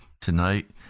tonight